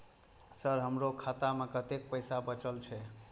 Sir हमरो खाता में कतेक पैसा बचल छे?